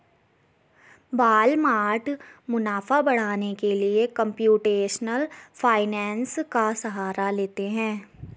Walmart मुनाफा बढ़ाने के लिए कंप्यूटेशनल फाइनेंस का सहारा लेती है